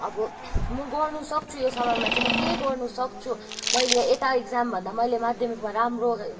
अब म गर्नसक्छु यो समयमा चाहिँ म केही गर्नसक्छु मैले यता इक्जामभन्दा मैले माध्यमिकमा राम्रो